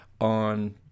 on